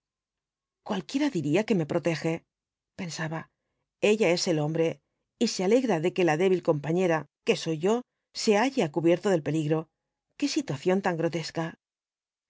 cualquiera diría que me proteje pensaba ellla es el hombre y se alegra de que la débil compañera que soy yo se halle á cubierto del peligro qué situación tan grotesca